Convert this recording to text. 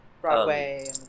broadway